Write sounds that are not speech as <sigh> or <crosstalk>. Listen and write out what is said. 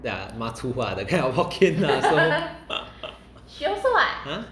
the 骂粗话 the kind of hokkien lah so <laughs> !huh!